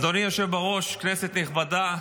אדוני היושב בראש, כנסת נכבדה,